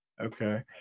Okay